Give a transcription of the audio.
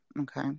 Okay